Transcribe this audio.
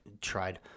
tried